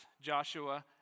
Joshua